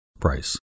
price